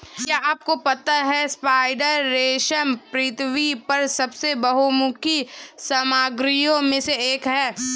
क्या आपको पता है स्पाइडर रेशम पृथ्वी पर सबसे बहुमुखी सामग्रियों में से एक है?